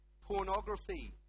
pornography